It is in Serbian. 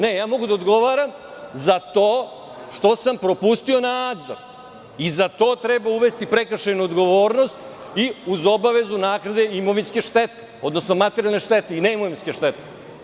Ne, ja mogu da odgovaram za to što sam propustio nadzor i za to treba uvesti prekršajnu odgovornost, uz obavezu naknade imovinske štete, odnosno materijalne štete i neimovinske štete.